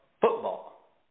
football